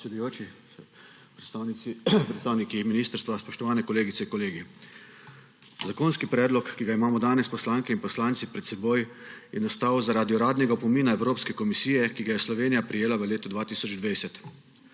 Hvala, predsedujoči. Predstavniki ministrstva, spoštovane kolegice in kolegi! Zakonski predlog, ki ga imamo danes poslanke in poslanci pred seboj, je nastal zaradi uradnega opomina Evropske komisije, ki ga je Slovenija prejela v letu 2020.